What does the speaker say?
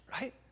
right